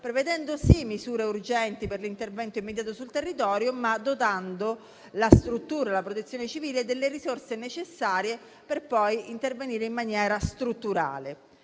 prevedendo, sì, misure urgenti per l'intervento sul territorio, ma dotando la Protezione civile delle risorse necessarie per poi intervenire in maniera strutturale.